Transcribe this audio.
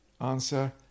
answer